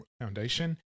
Foundation